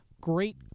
great